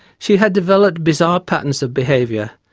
she had developed bizarre patterns of behaviour,